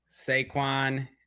Saquon